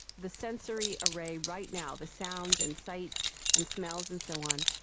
the sensory array right now, the sounds and sights and smells and so on,